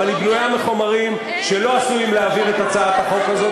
אבל היא בנויה מחומרים שלא עשויים להעביר את הצעת החוק הזאת.